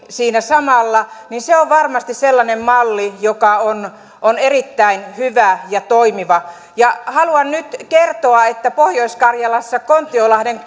siinä samalla se on varmasti sellainen malli joka on on erittäin hyvä ja toimiva ja haluan nyt kertoa että pohjois karjalassa kontiolahden